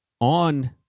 on